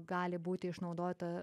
gali būti išnaudota